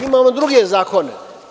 Imamo i druge zakone.